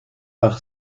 par